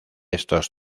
estos